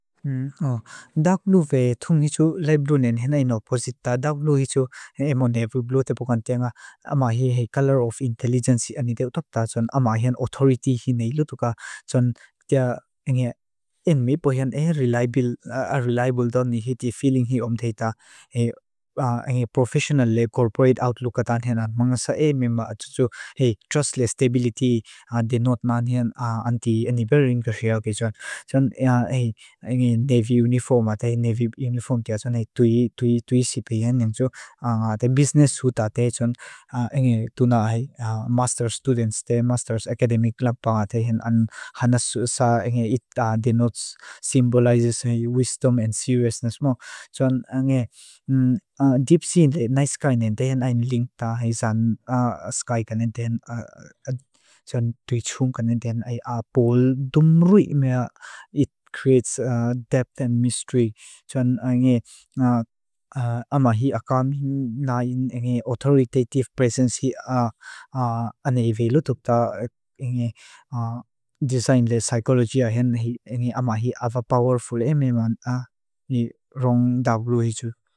Daak lu ve thung hi tsu laibdunen hena inoposita. Daak lu hi tsu ema nevu blu te pokantia nga ama hi hei colour of intelligence ani de utopta. Ama hien authority hi nei lutuka. Enmei po hien reliable donni hiti feeling hi omdheita. Professional le corporate outlook kata ani hena. Mangasa e mima atu tsu hei trust le stability di not man hien anti. Ani berin kariyao kisua. Nevy uniforma te nevy uniform tia tui sipi hen. Business suita te tu na master students te, master academic club pa. Hanasusa it denotes symbolizes wisdom and seriousness mo. Soan ange deep sea le nice sky nen tehen ayn link ta hei saan sky ka nen ten. Soan tuichung ka nen ten pol dum rui mea. It creates depth and mystery. Soan ange ama hi akam hina ngi authoritative presence hi ani ve lu tukta. Soan ange design le psychology a hien ani ama hi ava powerful enmei man ni rong daw lu hitu.